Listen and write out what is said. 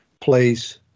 place